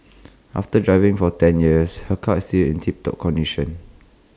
after driving for ten years her car is still in tip top condition